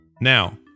Now